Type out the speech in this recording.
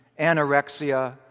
anorexia